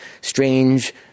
strange